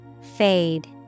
Fade